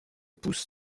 pousse